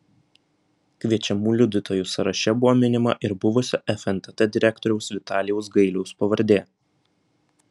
kviečiamų liudytojų sąraše buvo minima ir buvusio fntt direktoriaus vitalijaus gailiaus pavardė